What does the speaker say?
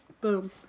boom